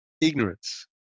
ignorance